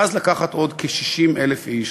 ואז לקחת עוד כ-60,000 איש,